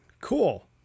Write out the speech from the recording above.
Cool